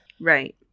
right